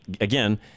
again